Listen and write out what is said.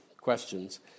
questions